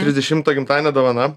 trisdešimto gimtadienio dovana